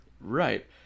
right